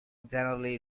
generally